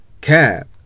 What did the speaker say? Cab